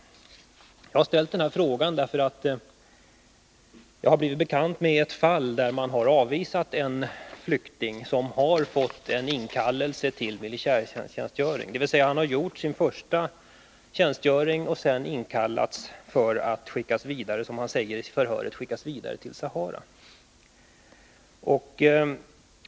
Jag har ställt den här frågan därför att det har blivit mig bekant att man i ett fall har avvisat en flykting som har fått inkallelse till militärtjänstgöring. Han har gjort sin första tjänstgöring och sedan inkallats för att, som han säger i förhöret, skickas vidare till Sahara.